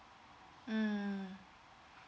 mm